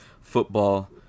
football